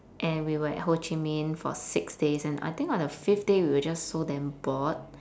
and we were at ho chi minh for six days and I think on the fifth day we were just so damn bored